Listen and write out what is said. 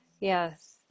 yes